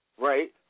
Right